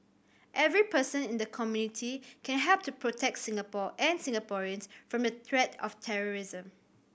every person in the community can help to protect Singapore and Singaporeans from the threat of terrorism